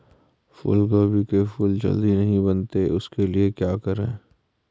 फूलगोभी के फूल जल्दी नहीं बनते उसके लिए क्या करें?